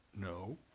no